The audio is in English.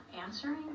answering